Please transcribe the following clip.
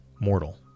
mortal